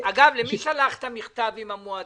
אגב, למי שלחת את המכתב עם המועדים?